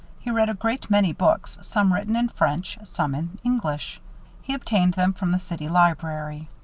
he read a great many books, some written in french, some in english he obtained them from the city library.